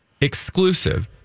exclusive